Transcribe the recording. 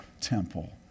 temple